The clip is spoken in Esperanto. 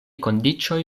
kondiĉoj